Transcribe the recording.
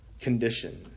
condition